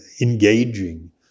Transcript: engaging